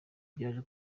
byaje